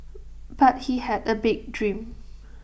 but he had A big dream